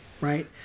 right